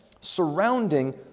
surrounding